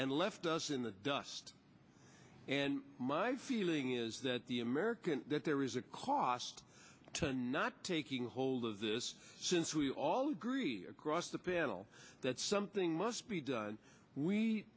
left us in the dust and my feeling is that the american that there is a cost to not taking hold of this since we all agreed across the panel that something must be done we